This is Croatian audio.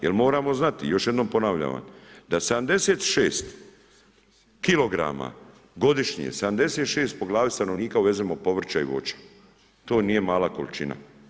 Jel moramo znati još jednom ponavljam da 76 kg godišnje 76 po glavi stanovnika uvezemo povrća i voća, to nije mala količina.